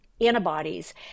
antibodies